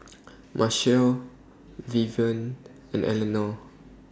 Marshal Vivien and Eleanor